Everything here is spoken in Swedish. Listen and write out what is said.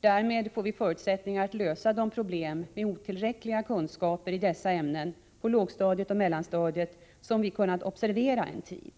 Därmed får vi förutsättningar att lösa de problem med otillräckliga kunskaper i dessa ämnen på lågstadiet och mellanstadiet som vi kunnat observera en tid.